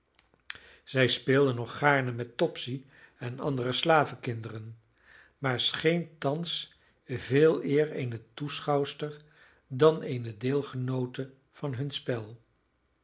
zij speelde nog gaarne met topsy en andere slavenkinderen maar scheen thans veeleer eene toeschouwster dan eene deelgenoote van hun spel